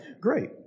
great